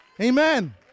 Amen